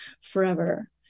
forever